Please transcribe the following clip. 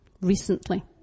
recently